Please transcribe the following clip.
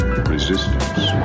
Resistance